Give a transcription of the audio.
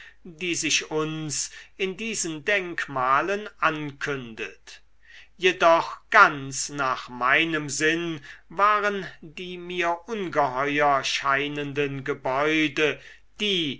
die sich uns in diesen denkmalen ankündet jedoch ganz nach meinem sinn waren die mir ungeheuer scheinenden gebäude die